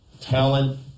Talent